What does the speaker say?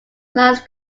class